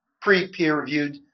pre-peer-reviewed